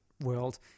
world